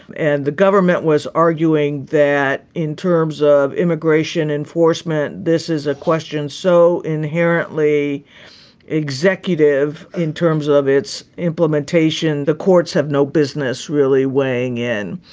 and the government was arguing that in terms of immigration enforcement, this is a question so inherently executive in terms of its implementation. the courts have no business really weighing in.